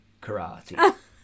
karate